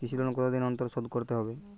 কৃষি লোন কতদিন অন্তর শোধ করতে হবে?